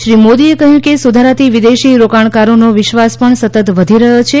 શ્રી મોદીએ કહ્યું કે સુધારાથી વિદેશી રોકાણકારોનો વિશ્વાસ પણ સતત વધી રહ્યો છે